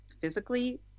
physically